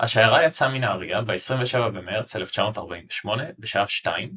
השיירה יצאה מנהריה ב-27 במרץ 1948 בשעה 1400,